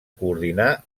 coordinar